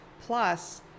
plus